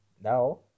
now